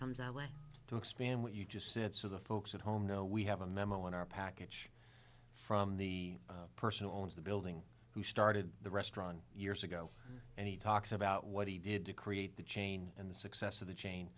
comes i want to expand what you just said so the folks at home know we have a memo in our package from the person owns the building who started the restaurant years ago and he talks about what he did to create the chain and the success of the chain